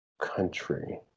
country